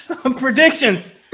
predictions